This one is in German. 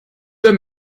der